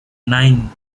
nine